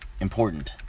important